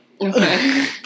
Okay